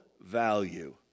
value